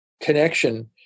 connection